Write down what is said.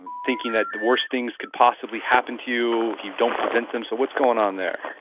and thinking that the worst things could possibly happen to you if you don't prevent them, so what's going on there?